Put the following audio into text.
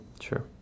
sure